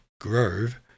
grove